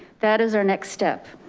that is our next step.